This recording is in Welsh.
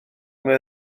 mwy